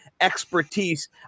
expertise